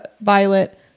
Violet